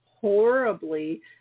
horribly